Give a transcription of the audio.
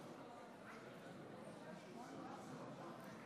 אדוני היושב-ראש,